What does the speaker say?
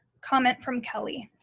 comment from kelly.